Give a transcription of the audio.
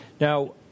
Now